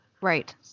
Right